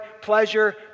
pleasure